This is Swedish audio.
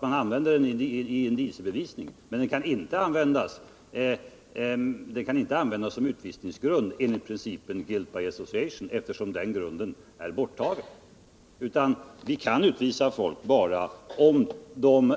Men principen guilt by association kan inte användas som utvisningsgrund eftersom det krävs ett personligt rekvisit för utvisning. Vi kan t.ex. utvisa människor bara om de